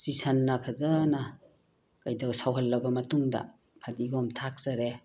ꯆꯤꯁꯟꯅ ꯐꯖꯅ ꯁꯧꯍꯜꯂꯕ ꯃꯇꯨꯡꯗ ꯐꯗꯤꯒꯣꯝ ꯊꯥꯛꯆꯔꯦ